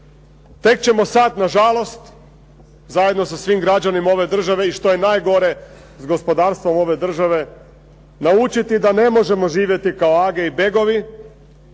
tek ćemo sada nažalost zajedno sa svim građanima ove države i što je najgore s gospodarstvom ove države naučiti da ne možemo živjeti kao age i begovi,